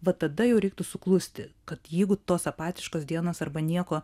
va tada jau reiktų suklusti kad jeigu tos apatiškos dienos arba nieko